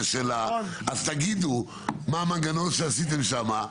אז תגידו מה המנגנון שעשיתם שם.